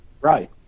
right